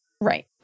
Right